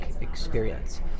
experience